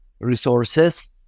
resources